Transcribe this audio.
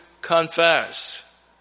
confess